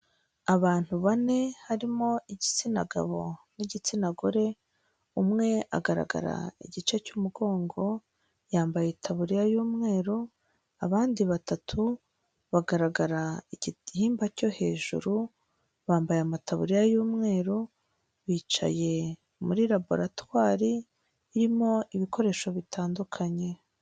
Abantu bane harimo igitsina gabo n'igitsina gore, umwe agaragara igice cy'umugongo yambaye itaburiya y'umweru, abandi batatu bagaragara igihimba cyo hejuru bambaye amataburiya y'umweru, bicaye muri laboratwari irimo ibikoresho bitandukanye.